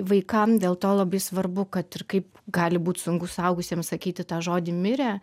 vaikam dėl to labai svarbu kad ir kaip gali būt sunku suaugusiem sakyti tą žodį mirė